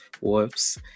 whoops